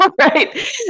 Right